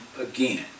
again